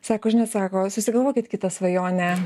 sako žinai sako susigalvokit kitą svajonę